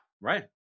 Right